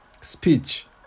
speech